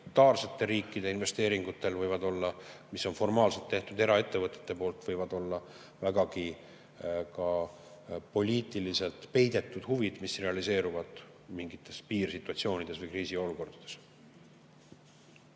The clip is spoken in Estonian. autoritaarsete riikide investeeringutel, mis on formaalselt eraettevõtete tehtud, võivad olla vägagi poliitilised peidetud huvid, mis realiseeruvad mingites piirsituatsioonides või kriisiolukordades.